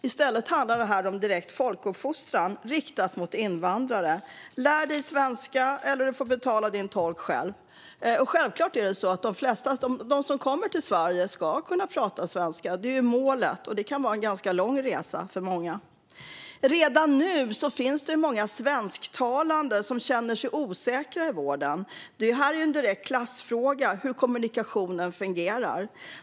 I stället handlar det här om direkt folkuppfostran, riktat mot invandrare: Lär dig svenska eller betala din tolk själv. Självklart ska de som kommer till Sverige kunna prata svenska. Det är målet, och det kan för många vara en lång resa. Redan nu finns många svensktalande som känner sig osäkra i vården. Det är en direkt klassfråga hur kommunikationen fungerar.